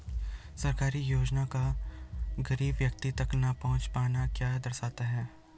सरकारी योजनाओं का गरीब व्यक्तियों तक न पहुँच पाना क्या दर्शाता है?